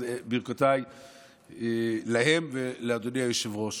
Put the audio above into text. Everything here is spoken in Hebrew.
אז ברכותיי להם ולאדוני היושב-ראש.